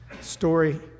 story